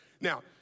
Now